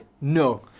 no